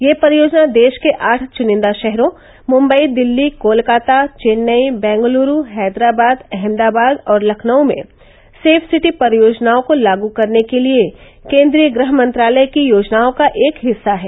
यह परियोजना देश के आठ चुनिन्दा शहरों मुंबई दिल्ली कोलकाता चेन्नई बैंगलुरू हैदराबाद अहमदाबाद और लखनऊ में सेफ सिटी परियोजनाओं को लागू करने के लिए केन्द्रीय गृह मंत्रालय की योजनाओं का एक हिस्सा है